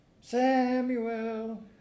Samuel